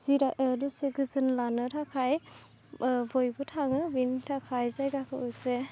जिरा दसे गोजोन लानो थाखाय बयबो थाङो बेनि थाखाय जायगाखौ एसे